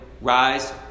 rise